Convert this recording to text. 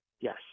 Yes